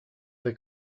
the